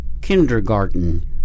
kindergarten